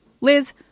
Liz